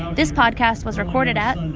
this podcast was recorded at.